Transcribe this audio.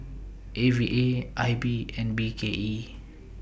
A V A I B and B K E